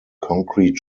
concrete